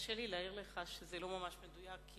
תרשה לי להעיר לך שזה לא ממש מדויק.